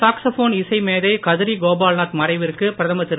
saxophone இசை மேதை கதிரி கோபல்நாத் மறைவிற்கு பிரதமர் திரு